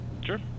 sure